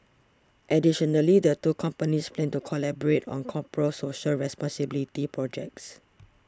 additionally the two companies plan to collaborate on corporate social responsibility projects